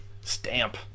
stamp